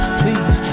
please